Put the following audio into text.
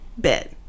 Bit